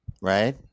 Right